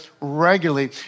regularly